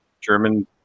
German